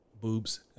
boobs